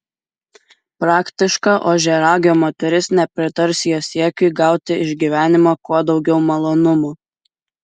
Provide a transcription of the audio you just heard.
praktiška ožiaragio moteris nepritars jo siekiui gauti iš gyvenimo kuo daugiau malonumų